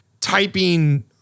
typing